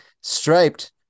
striped